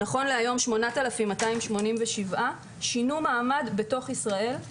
נכון להיום 8,287 שינו מעמד בתוך ישראל,